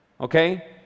okay